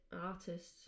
artists